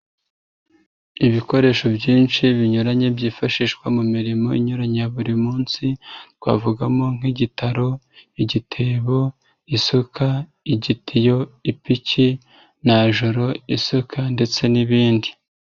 Ibikoresho byinshi binyuranye byifashishwa mu mirimo inyuranye buri munsi, twavugamo nk'igitaro, igitebo, isuka, igitiyo, ipiki, najoro, isuka ndetse n'ibindi.